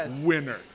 winner